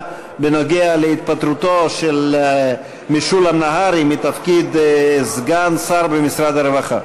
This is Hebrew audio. בנוגע להתפטרותו של משולם נהרי מתפקיד סגן שר במשרד הרווחה.